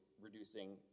reducing